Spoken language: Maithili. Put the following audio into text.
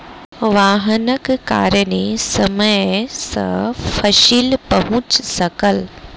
वाहनक कारणेँ समय सॅ फसिल पहुँच सकल